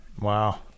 Wow